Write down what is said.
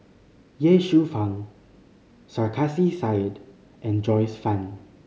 Ye Shufang Sarkasi Said and Joyce Fan